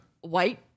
white